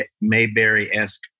Mayberry-esque